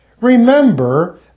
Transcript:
Remember